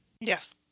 Yes